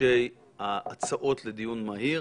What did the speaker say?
למגישי ההצעות לדיון מהיר.